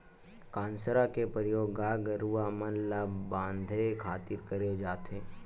कांसरा के परियोग गाय गरूवा मन ल बांधे खातिर करे जाथे